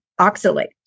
Oxalate